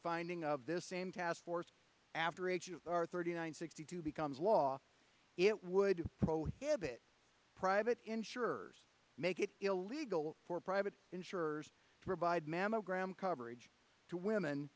finding of this same task force after a thirty nine sixty two becomes law it would prohibit private insurers make it illegal for private insurers to provide mammogram coverage to women